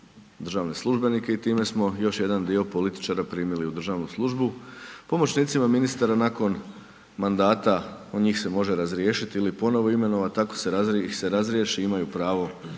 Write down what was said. državne službenike i time smo još jedan dio političara primili u državnu službu, pomoćnicima ministara nakon mandata, njih se može razriješiti ili ponovno imenovat, ako ih se razriješi, imaju pravo